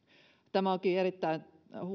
tämä onkin erittäin